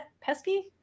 Pesky